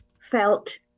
felt